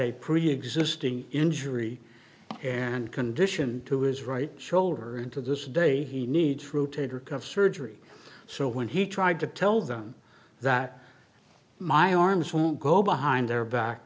a preexisting injury and condition to his right shoulder and to this day he needs fruited rick of surgery so when he tried to tell them that my arms will go behind their back